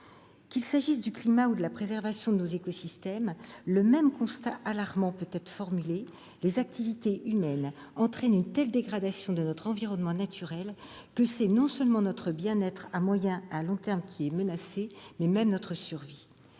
Qu'il s'agisse du climat ou de la préservation de nos écosystèmes, le même constat alarmant peut être formulé : les activités humaines entraînent une telle dégradation de notre environnement naturel que c'est non seulement notre bien-être à moyen et à long terme qui est menacé, mais notre survie